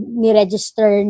ni-register